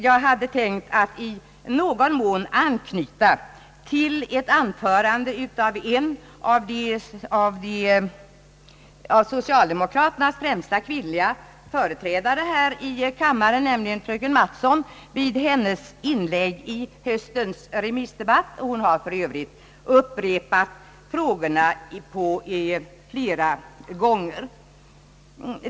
Jag hade tänkt att i någon mån anknyta till eit anförande som en av socialdemokraternas främsta kvinnliga företrädare här i kammaren, nämligen fröken Mattson, höll i höstens remissdebatt. Hon har för övrigt upprepat frågeställningarna flera gånger.